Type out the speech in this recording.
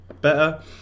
better